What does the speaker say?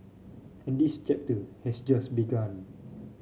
and this chapter has just begun